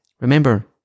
remember